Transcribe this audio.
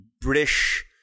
British